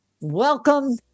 Welcome